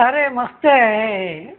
अरे मस्त आहे